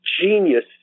genius